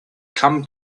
come